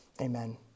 Amen